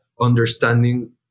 understanding